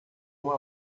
uma